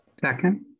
Second